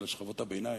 אלא על שכבות הביניים,